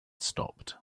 stopped